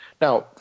Now